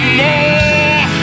more